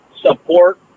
support